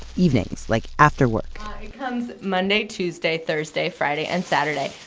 evenings, like after work monday, tuesday, thursday, friday and saturday.